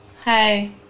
hi